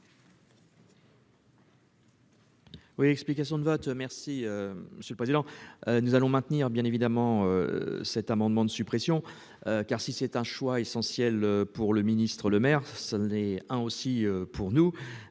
Oui. Explications de vote. Merci monsieur le président. Nous allons maintenir bien évidemment. Cet amendement de suppression. Car si c'est un choix essentiel pour le ministre-Lemaire. Ce n'est un aussi pour nous.